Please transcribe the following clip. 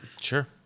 Sure